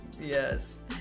Yes